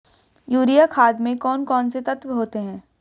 Urea खाद में कौन कौन से तत्व होते हैं?